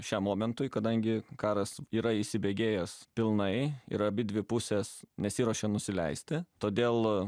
šiam momentui kadangi karas yra įsibėgėjęs pilnai ir abidvi pusės nesiruošia nusileisti todėl